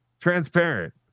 transparent